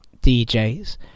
DJs